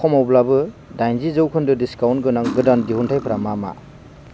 खमावब्लाबो दाइनजि जौखोन्दो डिसकाउन्ट गोनां गोदान दिहुनथाइफोरा मा मा